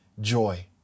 joy